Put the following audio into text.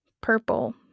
Purple